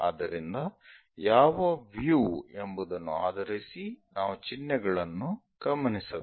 ಆದ್ದರಿಂದ ಯಾವ ವ್ಯೂ ಎಂಬುವುದನ್ನು ಆಧರಿಸಿ ನಾವು ಚಿಹ್ನೆಗಳನ್ನು ಗಮನಿಸಬೇಕು